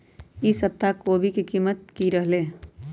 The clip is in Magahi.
ई सप्ताह कोवी के कीमत की रहलै?